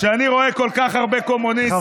כשאני רואה כל כך הרבה קומוניסטים,